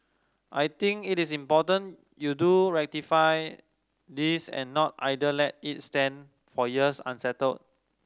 I think it is important you do ratify this and not either let it stand for years unsettled